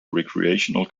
recreational